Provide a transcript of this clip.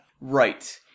Right